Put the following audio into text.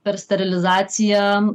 per sterilizaciją